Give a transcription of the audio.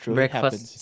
breakfast